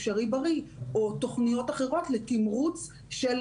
אפשרי בריא או תוכניות אחרות לתמרוץ של